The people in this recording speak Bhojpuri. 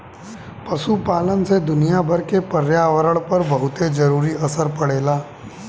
पशुपालन से दुनियाभर के पर्यावरण पर बहुते जरूरी असर पड़ेला